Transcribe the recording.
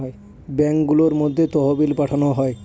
ব্যাঙ্কগুলোর মধ্যে তহবিল পাঠানো হয়